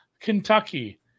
Kentucky